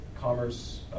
commerce